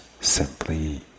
simply